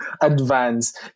advance